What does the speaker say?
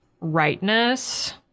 rightness